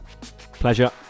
Pleasure